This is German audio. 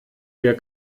dir